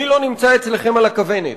מי לא נמצא אצלכם על הכוונת?